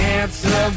answer